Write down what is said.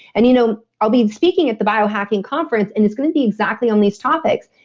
and you know i'll be speaking at the biohacking conference and it's going to be exactly on these topics.